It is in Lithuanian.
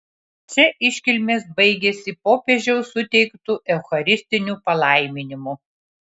čia iškilmės baigėsi popiežiaus suteiktu eucharistiniu palaiminimu